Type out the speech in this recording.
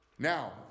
Now